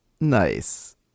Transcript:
Nice